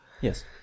Yes